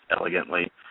elegantly